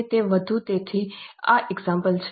તેથી આ ઉદાહરણો છે